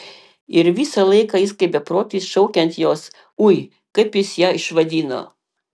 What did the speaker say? ir visą laiką jis kaip beprotis šaukia ant jos ui kaip jis ją išvadino